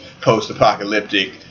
post-apocalyptic